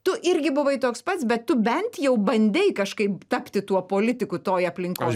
tu irgi buvai toks pats bet tu bent jau bandei kažkaip tapti tuo politiku toj aplinkoj